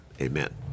amen